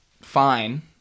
fine